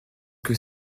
que